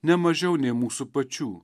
ne mažiau nei mūsų pačių